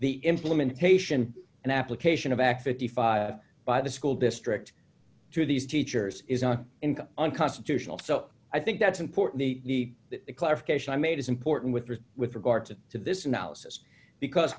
the implementation and application of act fifty five by the school district to these teachers in unconstitutional so i think that's important the clarification i made is important with the with regard to this analysis because